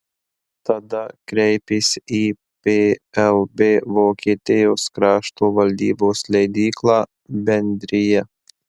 tada kreipėsi į plb vokietijos krašto valdybos leidyklą bendrija